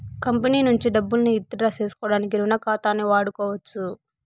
company నుంచి డబ్బుల్ని withdraw సేసుకోడానికి రుణ ఖాతాని వాడుకోవచ్చు